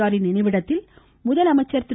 ஆரின் நினைவிடத்தில் முதலமைச்சர் திரு